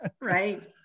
Right